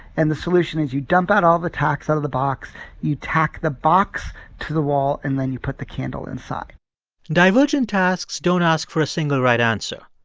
and the solution is you dump out all the tacks out of the box you tack the box to the wall, and then you put the candle inside divergent tasks don't ask for a single right answer.